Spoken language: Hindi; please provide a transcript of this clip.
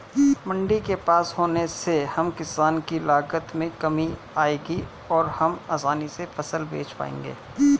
मंडी के पास होने से हम किसान की लागत में कमी आएगी और हम आसानी से फसल बेच पाएंगे